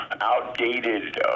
outdated